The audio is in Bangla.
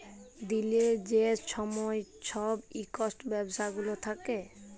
দিলের যে ছময় ছব ইস্টক ব্যবস্থা গুলা থ্যাকে